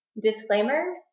Disclaimer